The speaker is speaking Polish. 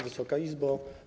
Wysoka Izbo!